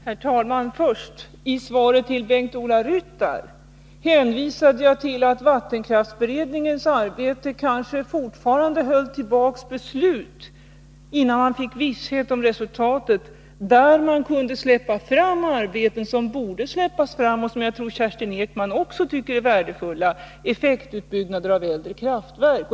Herr talman! För det första: I svaret till Bengt-Ola Ryttar hänvisade jag till att vattenkraftsberedningens arbete — alltså innan man fått visshet om resultatet — kanske fortfarande höll tillbaka beslut i sådana fall där man kunde släppa fram arbeten som borde släppas fram och som jag tror att Kerstin Ekman också tycker är värdefulla: effektutbyggnader av äldre kraftverk.